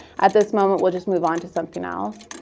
at this moment, we'll just move onto something else.